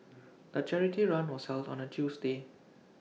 the charity run was held on A Tuesday